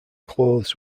clothes